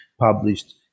published